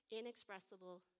inexpressible